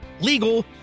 legal